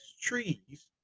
trees